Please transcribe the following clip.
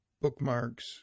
bookmarks